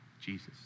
Jesus